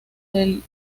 del